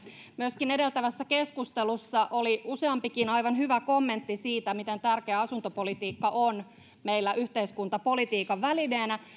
myöskin edeltävässä keskustelussa oli useampikin aivan hyvä kommentti siitä miten tärkeä on asuntopolitiikka meillä yhteiskuntapolitiikan välineenä